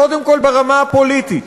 קודם כול ברמה הפוליטית,